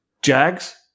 Jags